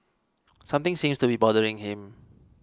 something seems to be bothering him